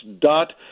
dot